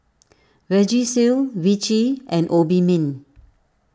Vagisil Vichy and Obimin